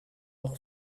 look